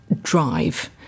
drive